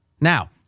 Now